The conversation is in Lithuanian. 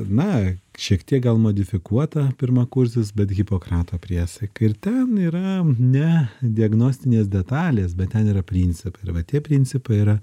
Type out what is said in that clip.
na šiek tiek gal modifikuota pirmakursis bet hipokrato priesaika ir ten yra ne diagnostinės detalės bet ten yra principai ir vat tie principai yra